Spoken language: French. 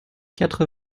quatre